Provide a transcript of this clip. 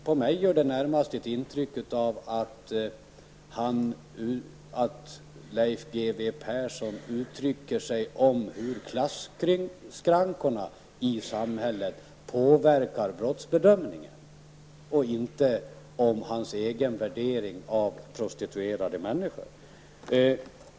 På mig gör det närmaste intrycket att Leif G W Persson uttalar sig om hur klasskrankorna i samhället påverkar brottsbedömningen och inte om sin egen värdering av prostituerade människor.